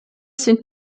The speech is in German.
sind